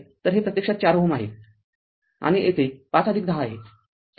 तर हे प्रत्यक्षात ४ Ω आहे आणि येथे ५ १० आहे